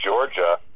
Georgia